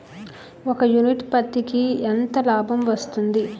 ఒక యూనిట్ పత్తికి ఎంత లాభం వస్తుంది?